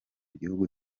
gihugu